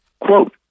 Quote